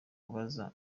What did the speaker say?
kubaza